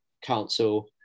Council